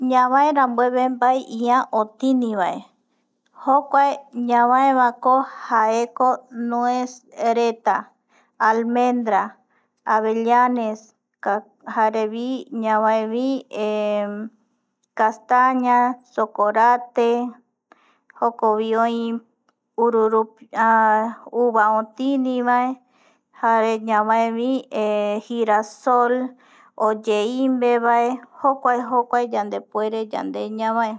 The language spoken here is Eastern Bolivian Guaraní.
Ñaverambueve mbae ia otinivae jokua ñavaevako jaeko nuez reta almendra, avellanes jarevi ñavaevi castaña, chokorate, jokovi oi uva otinivae jare ñavaevi girasol oyeimbevae jokuae jokuae yande yandepuere ñavae